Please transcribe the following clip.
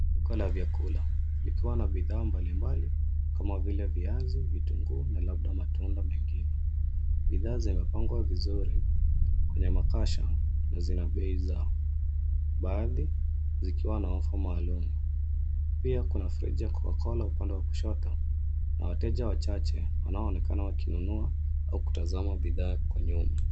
Duka la vyakula, likiwa na bidhaa mbalimbali kama vile viazi, vitunguu na labda matunda mengine. Bidhaa zimepangwa vizuri kwenye makasha na zina bei zao, baadhi zikiwa na ofa maalum. Pia kuna friji ya kuokoa na upande wa kushoto na wateja wachache wanaonekana kununua au kutazama bidhaa kwa nyuma.